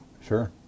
sure